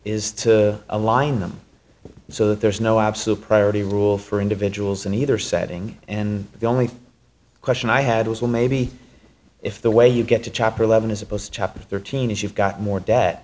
is to align them so that there's no absolute priority rule for individuals and either setting and the only question i had was well maybe if the way you get to chapter eleven as opposed to chapter thirteen is you've got more debt